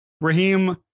Raheem